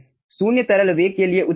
शून्य तरल वेग के लिए उत्तर है